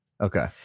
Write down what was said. okay